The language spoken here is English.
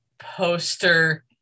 poster